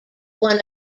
one